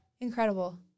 Incredible